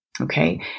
Okay